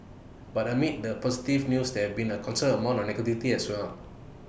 but amid the positive news there's been A considerable amount of negativity as well